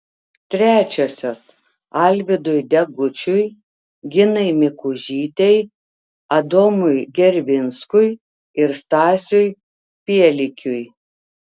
trečiosios alvydui degučiui ginai mikužytei adomui gervinskui ir stasiui pielikiui